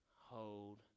hold